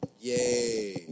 Yay